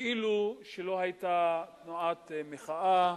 כאילו לא היתה תנועת מחאה,